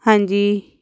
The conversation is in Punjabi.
ਹਾਂਜੀ